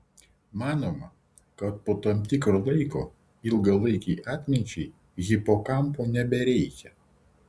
manoma kad po tam tikro laiko ilgalaikei atminčiai hipokampo nebereikia